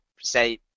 say